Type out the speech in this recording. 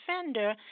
offender